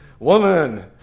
Woman